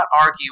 argue